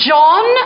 John